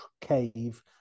cave